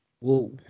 Whoa